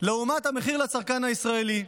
לעומת המחיר לצרכן הישראלי.